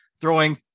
throwing